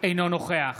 אינו נוכח